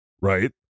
right